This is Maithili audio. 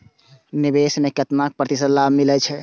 निवेश में केतना प्रतिशत लाभ मिले छै?